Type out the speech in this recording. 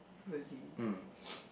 really